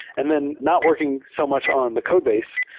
and then not working so much on the codebase,